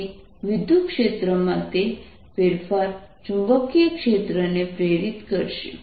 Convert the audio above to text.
તેથી વિદ્યુતક્ષેત્રમાં તે ફેરફાર ચુંબકીય ક્ષેત્ર ને પ્રેરિત કરશે